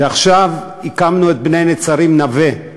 ועכשיו הקמנו את בני-נצרים, נווה,